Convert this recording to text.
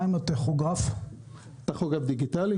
מה עם הטכוגרף הדיגיטלי?